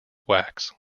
wax